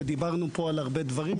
ודיברנו פה על הרבה דברים,